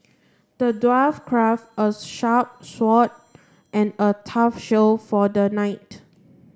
the dwarf craft a sharp sword and a tough shield for the knight